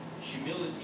humility